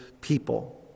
people